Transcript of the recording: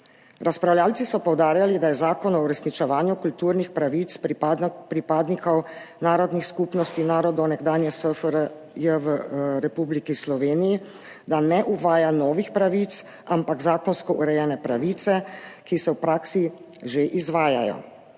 Razpravljavci so poudarjali, da Zakon o uresničevanju kulturnih pravic pripadnikov narodnih skupnosti narodov nekdanje SFRJ v Republiki Sloveniji ne uvaja novih pravic, ampak zakonsko urejene pravice, ki se v praksi že izvajajo.